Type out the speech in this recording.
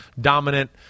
dominant